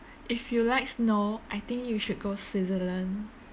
if you like snow I think you should go switzerland